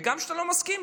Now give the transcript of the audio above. וגם כשאתה לא מסכים,